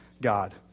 God